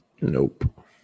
Nope